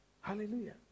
Hallelujah